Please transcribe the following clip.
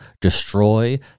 destroy